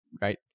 right